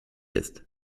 ist